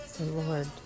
Lord